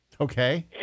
Okay